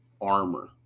armor